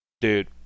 Dude